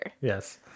Yes